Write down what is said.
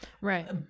right